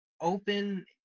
open